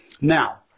Now